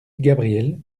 gabriel